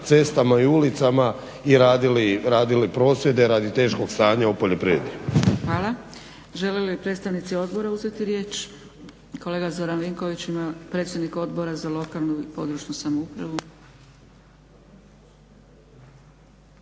cestama i ulicama i radili prosvjede radi teškog stanja u poljoprivredi. **Zgrebec, Dragica (SDP)** Hvala. Žele li predstavnici odbora uzeti riječ? Kolega Zoran Vinković ima, predsjednik Odbora za lokalnu i područnu samoupravu.